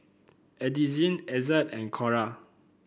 Addisyn Ezzard and Cora